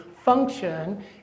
function